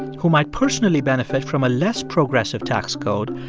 who might personally benefit from a less progressive tax code,